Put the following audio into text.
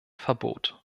verbot